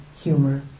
humor